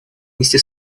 внести